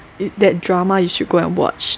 it that drama you should go and watch